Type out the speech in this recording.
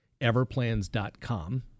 Everplans.com